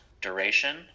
duration